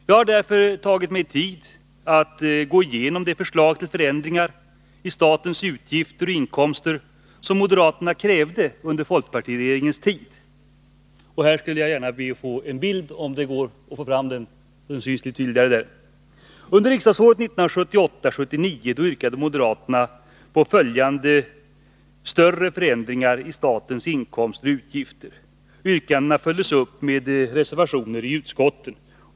Jag har därför tagit mig tid att gå igenom de förslag till förändringar i statens utgifter och inkomster som moderaterna krävde under folkpartiregeringens tid. Under riksdagsåret 1978/79 yrkade moderaterna på följande större förändringar i statens inkomster och utgifter. Yrkandena följdes upp med reservationer i utskotten.